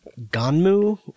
Ganmu